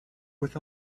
with